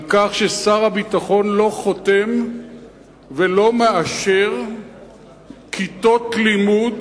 על כך ששר הביטחון לא חותם ולא מאשר כיתות לימוד